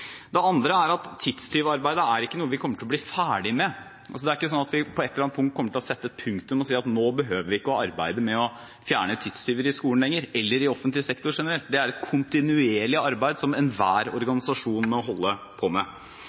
Det andre er at tidstyvarbeidet ikke er noe vi kommer til å bli ferdig med. Det er ikke sånn at vi på et eller annet tidspunkt kommer til å sette et punktum og si at nå behøver vi ikke å arbeide med å fjerne tidstyver i skolen lenger, eller i offentlig sektor generelt. Det er et kontinuerlig arbeid som enhver organisasjon må holde på med.